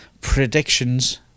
predictions